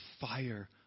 fire